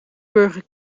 burger